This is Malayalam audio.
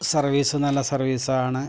സർവീസ് നല്ല സർവീസാണ്